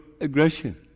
aggression